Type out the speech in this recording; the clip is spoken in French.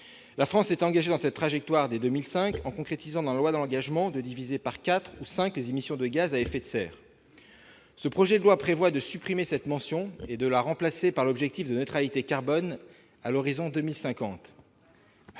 La France s'est engagée dans cette trajectoire dès 2005, en concrétisant dans la loi l'engagement de diviser par quatre ou cinq les émissions de gaz à effet de serre. Ce projet de loi prévoit de supprimer cette mention et de la remplacer par l'objectif de neutralité carbone à l'horizon de 2050.